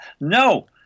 no